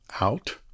out